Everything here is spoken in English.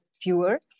fewer